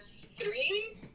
three